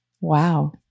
Wow